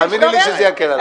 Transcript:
תאמיני לי שזה יקל עליי.